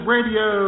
Radio